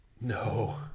No